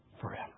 forever